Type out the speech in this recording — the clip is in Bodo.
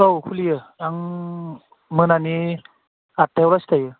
औ खुलियो आं मोनानि आदथाहालागै थायो